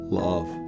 love